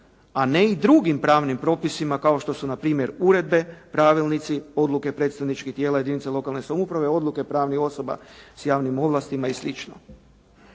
a ne i drugim pravnim propisima kao što su na primjer uredbe, pravilnici, odluke predstavničkih tijela jedinica lokalne samouprave, odluke pravnih osoba s javnim ovlastima i